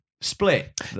split